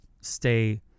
stay